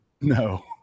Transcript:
No